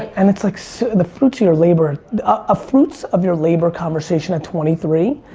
and it's like so the fruits of your labor ah fruits of your labor conversation at twenty three,